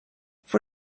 for